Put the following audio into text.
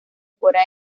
fuera